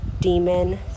demon